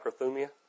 Macrothumia